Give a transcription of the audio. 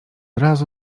razu